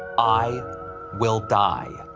i will die.